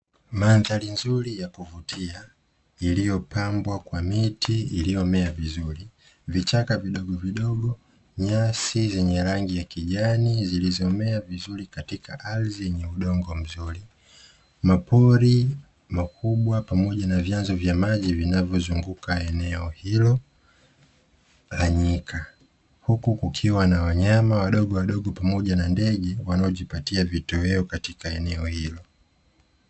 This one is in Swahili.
Mandhari nzuri ya kuvutia iliyopanbwa kwa miti iliyomea vizuri; vichaka vidogovidogo, nyasi zenye rangi ya kijani zilizomea vizuri katika ardhi yenye udongo mzuri, mapori makubwa pamoja na vyanzo vya maji vinavyozunguka eneo hilo la nyika. Huku kukiwa na wanyama wadogowadogo pamoja na ndege wanaojipatia vitoweo katika eneo hilo.